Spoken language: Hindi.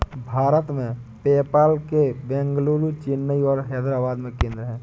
भारत में, पेपाल के बेंगलुरु, चेन्नई और हैदराबाद में केंद्र हैं